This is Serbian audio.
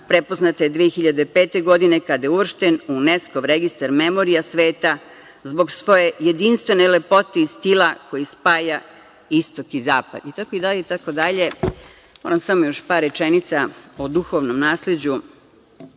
prepoznata je 2005. godine, kada je uvršten u Uneskov registar „Memorija sveta“, zbog svoje jedinstvene lepote i stila koji spaja istok i zapad itd. Moram samo još par rečenica o duhovnom nasleđu,